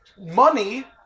Money